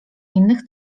innych